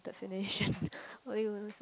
the finished why you look so